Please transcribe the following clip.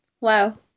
Wow